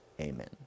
amen